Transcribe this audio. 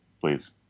please